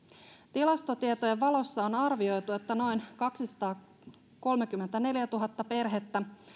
tilastotietojen valossa on arvioitu että noin kaksisataakolmekymmentäneljätuhatta perhettä